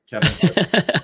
Kevin